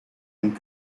and